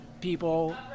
people